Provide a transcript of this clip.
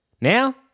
Now